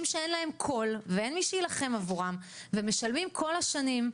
שאין להם קול ואין מי שילחם עבורם והם משלמים כל השנים.